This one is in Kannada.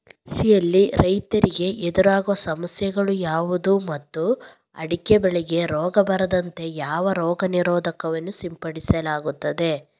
ಕೃಷಿಯಲ್ಲಿ ರೈತರಿಗೆ ಎದುರಾಗುವ ಸಮಸ್ಯೆಗಳು ಯಾವುದು ಮತ್ತು ಅಡಿಕೆ ಬೆಳೆಗೆ ರೋಗ ಬಾರದಂತೆ ಯಾವ ರೋಗ ನಿರೋಧಕ ವನ್ನು ಸಿಂಪಡಿಸಲಾಗುತ್ತದೆ?